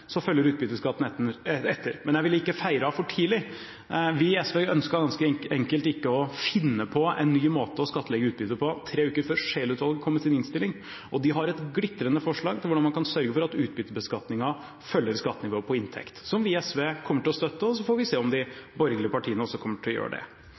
så når vi foreslår at den og selskapsskatten skal noe ned, følger utbytteskatten etter. Men jeg ville ikke feiret for tidlig. Vi i SV ønsket ganske enkelt ikke å finne på en ny måte å skattlegge utbytte på tre uker før Scheel-utvalget kom med sin innstilling. De har et glitrende forslag til hvordan man kan sørge for at utbyttebeskatningen følger skattenivået på inntekt, som vi i SV kommer til å støtte, og så får vi se om